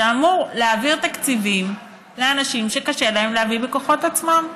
שאמור להעביר תקציבים לאנשים שקשה להם להביא בכוחות עצמם,